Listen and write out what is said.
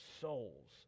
souls